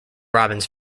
robins